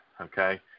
okay